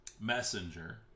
messenger